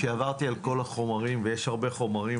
כשעברתי על כל החומרים ויש הרבה חומרים,